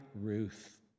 Ruth